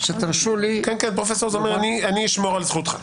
אני אשמור על זכותך.